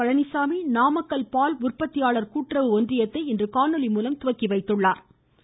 பழனிசாமி நாமக்கல் பால் உற்பத்தியாளர் கூட்டுறவு ஒன்றியத்தை இன்று காணொலி மூலம் துவக்கி வைத்தாா்